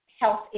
health